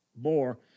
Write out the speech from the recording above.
more